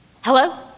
Hello